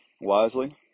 wisely